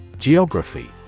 Geography